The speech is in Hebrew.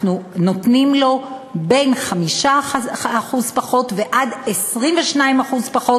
אנחנו נותנים לו בין 5% פחות ועד 22% פחות